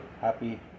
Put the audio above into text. Happy